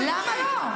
למה לא?